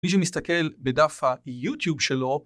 מי שמסתכל בדף היוטיוב שלו